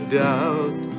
doubt